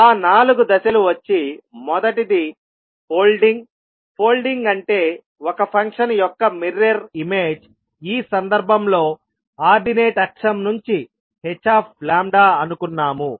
ఆ నాలుగు దశలు వచ్చి మొదటది ఫోల్డింగ్ ఫోల్డింగ్అంటే ఒక ఫంక్షన్ యొక్క మిర్రర్ ఇమేజ్ ఈ సందర్భంలో ఆర్డినేట్ అక్షం నుంచి hఅనుకున్నాము